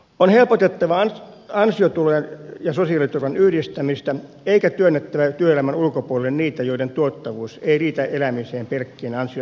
on helpotettava ansiotulojen ja sosiaaliturvan yhdistämistä eikä työnnettävä työelämän ulkopuolelle niitä joiden tuottavuus ei riitä elämiseen pelkkien ansiotulojen varassa